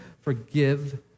forgive